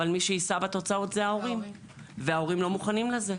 אבל מי שיישא בתוצאות זה ההורים וההורים לא מוכנים לזה,